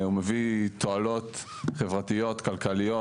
הוא מביא תועלות חברתיות, כלכליות,